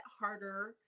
harder